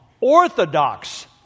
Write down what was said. orthodox